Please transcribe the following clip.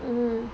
mmhmm